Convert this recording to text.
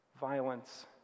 violence